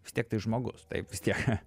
vis tiek tai žmogus taip vis tiek